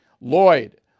Lloyd